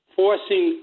forcing